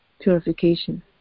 purification